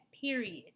Period